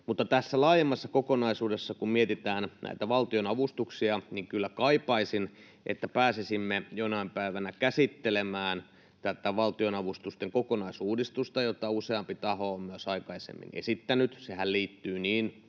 tässä laajemmassa kokonaisuudessa, kun mietitään näitä valtionavustuksia, kyllä kaipaisin, että pääsisimme jonain päivänä käsittelemään tätä valtionavustusten kokonaisuudistusta, jota useampi taho on myös aikaisemmin esittänyt. Sehän liittyy niin